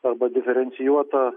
arba diferencijuota